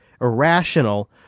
irrational